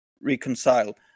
reconcile